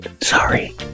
Sorry